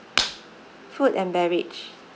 food and beverage